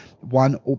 one